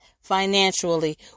financially